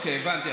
הבנתי.